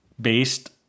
based